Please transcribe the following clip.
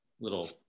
little